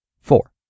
Four